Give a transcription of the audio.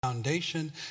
foundation